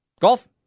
golf